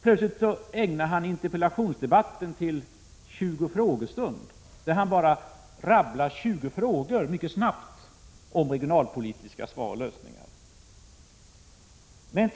Plötsligt gör han interpellationsdebatten till en 20-frågor-stund, där han bara snabbt rabblar upp 20 frågor om regionalpolitiska svar och lösningar.